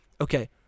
okay